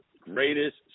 Greatest